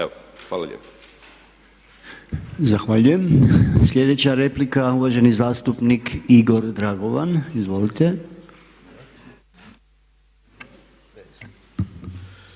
(MOST)** Zahvaljujem. Sljedeća replika uvaženi zastupnik Igor Dragovan. Izvolite.